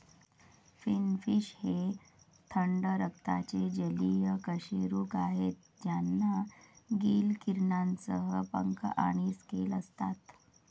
finfish हे थंड रक्ताचे जलीय कशेरुक आहेत ज्यांना गिल किरणांसह पंख आणि स्केल असतात